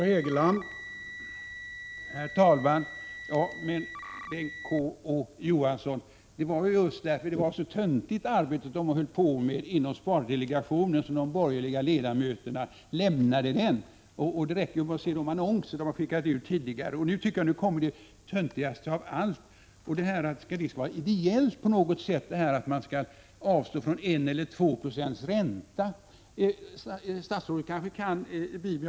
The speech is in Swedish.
Herr talman! Men, Bengt K. Å. Johansson, det var just därför att det var ett så töntigt arbete man höll på med inom spardelegationen som de borgerliga ledamöterna lämnade den. Det räcker ju att se på de annonser som den har skickat ut tidigare. Nu kommer, tycker jag, det töntigaste av allt —att det på något sätt skulle vara ideellt att man avstår från 1 eller 2 92 ränta. Statsrådet kanske kan sin Bibel.